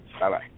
Bye-bye